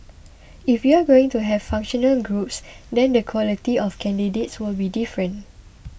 if you're going to have functional groups then the quality of candidates will be different